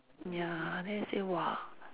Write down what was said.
ya then I say !wah!